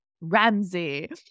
Ramsey